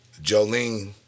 Jolene